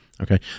okay